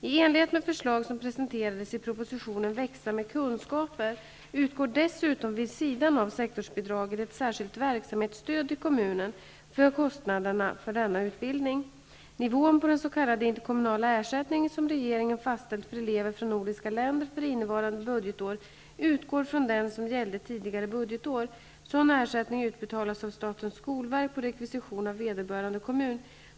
I enlighet med förslag som presenterades i propositionen Växa med kunskaper utgår dessutom vid sidan av sektorsbidraget ett särskilt verksamhetsstöd till kommunen för kostnaderna för denna utbildning. Nivån på den s.k. interkommunala ersättning som regeringen fastställt för elever från nordiska länder för innevarande budgetår utgår från den som gällde tidigare budgetår. Sådan ersättning utbetalas av statens skolverk på rekvisition av vederbörande kommun.